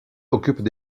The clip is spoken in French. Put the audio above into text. occupent